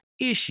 issue